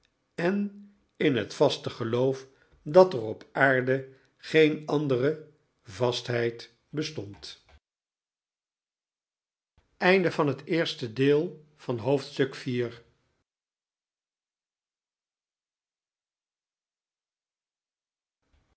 en in het vaste gelobf dat er op aarde geen andere vastheid bestond